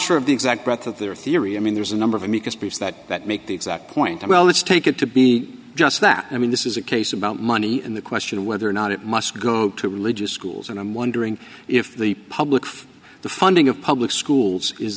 sure of the exact breadth of their theory i mean there's a number of amicus briefs that that make the exact point about let's take it to be just that i mean this is a case about money and the question of whether or not it must go to religious schools and i'm wondering if the public the funding of public schools is